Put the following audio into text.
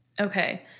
okay